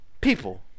People